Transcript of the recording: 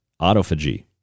autophagy